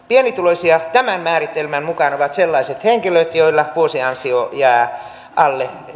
pienituloisia tämän määritelmän mukaan ovat sellaiset henkilöt joilla vuosiansio jää alle